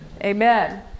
Amen